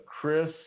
Chris